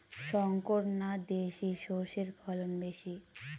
শংকর না দেশি সরষের ফলন বেশী?